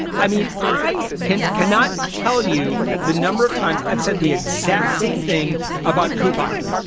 i mean i can cannot tell you the number of times i've said the exact same thing about couponing.